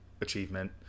achievement